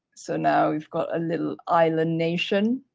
so now we've got a little island nation